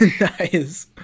Nice